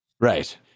Right